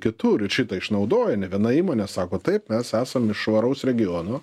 kitur ir šitą išnaudoja ne viena įmonė sako taip mes esam iš švaraus regiono